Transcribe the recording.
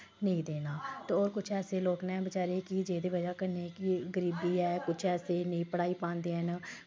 नेईं देना ते होर किश ऐसे लोक न बचैरे कि जेह्दी बजह् कन्नै कि गरीबी ऐ किश ऐसे नेईं पढ़ाई पांदे हैन